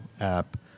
app